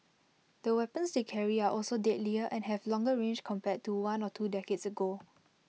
the weapons they carry are also deadlier and have longer range compared to one or two decades ago